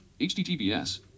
HTTPS